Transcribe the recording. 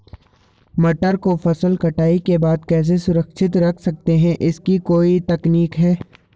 मटर को फसल कटाई के बाद कैसे सुरक्षित रख सकते हैं इसकी कोई तकनीक है?